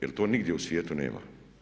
Jer to nigdje u svijetu nema.